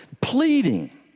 pleading